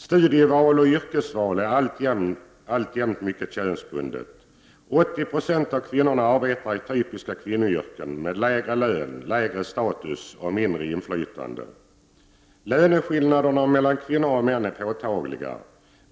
Studieval och yrkesval är alltjämt mycket könsbundet. 80 26 av kvinnorna arbetar i typiska kvinnoyrken med lägre lön, lägre status och mindre inflytande. Löneskillnaderna mellan kvinnor och män är påtagliga.